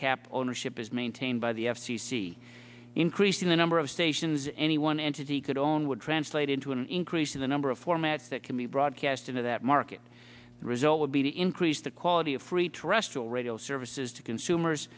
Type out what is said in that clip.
cap ownership is maintained by the f c c increasing the number of stations any one entity could own would translate into an increase in the number of formats that can be broadcast into that market result would be to increase the quality of free trustful radio services to consumers